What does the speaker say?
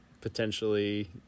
potentially